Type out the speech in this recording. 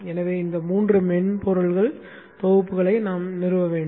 எனவே இந்த மூன்று மென்பொருள் தொகுப்புகளை நாம் நிறுவ வேண்டும்